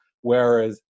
Whereas